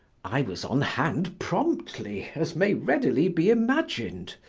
i was on hand promptly, as may readily be imagined.